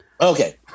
Okay